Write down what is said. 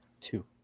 Two